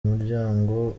umuryango